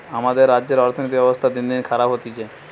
আমাদের রাজ্যের অর্থনীতির ব্যবস্থা দিনদিন খারাপ হতিছে